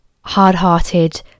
hard-hearted